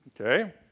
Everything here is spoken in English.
Okay